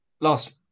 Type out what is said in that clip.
last